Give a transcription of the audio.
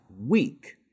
weak